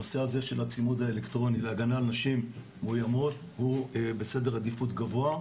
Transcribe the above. הנושא הזה של הצימוד האלקטרוני להגנה על נשים הוא בסדר עדיפות גבוה,